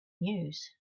news